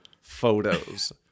photos